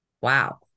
Wow